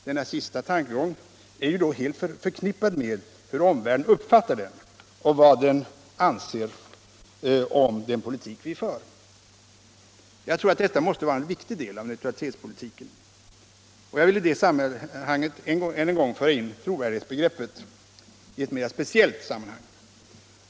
Denna sista tankegång är ju då helt förknippad med hur omvärlden uppfattar den och vad den anser om den politik vi för. Jag tror att detta måste vara en viktig del av neutralitetspolitiken. Jag vill i det sammanhanget än en gång föra in trovärdighetsbegreppet i ett mera speciellt avseende.